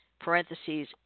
Parentheses